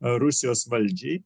rusijos valdžiai